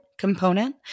component